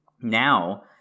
now